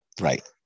Right